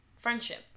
friendship